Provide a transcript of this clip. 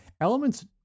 Elements